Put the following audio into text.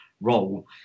role